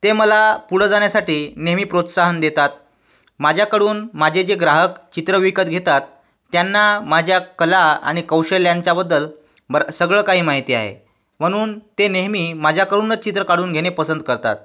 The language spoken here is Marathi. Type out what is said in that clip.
ते मला पुढं जाण्यासाठी नेहमी प्रोत्साहन देतात माझ्याकडून माझे जे ग्राहक चित्र विकत घेतात त्यांना माझ्या कला आणि कौशल्यांच्याबद्दल बरं सगळं काही माहिती आहे म्हणून ते नेहमी माझ्याकडूनच चित्र काढून घेणे पसंत करतात